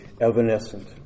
evanescent